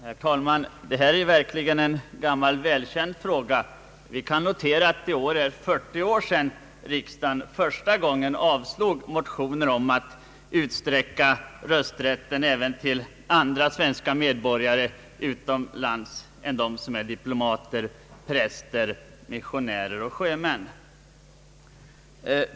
Herr talman! Det här är en gammal välkänd fråga. Det är i år 40 år sedan riksdagen första gången avslog motioner om att utsträcka rösträtten även till andra svenska medborgare utomlands än sådana som är diplomater, präster, missionärer och sjömän.